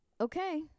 Okay